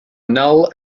null